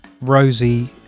Rosie